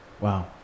Wow